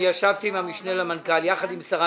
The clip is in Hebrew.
אני ישבתי עם המשנה למנכ"ל יחד עם שרת